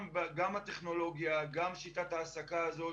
גם הטכנולוגיה גם שיטת ההעסקה הזאת